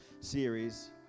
series